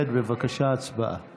בבקשה לגשת להצעה הבאה.